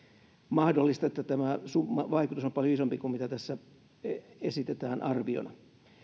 mahdollista että tämä summavaikutus on paljon isompi kuin mitä tässä esitetään arviona